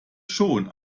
schon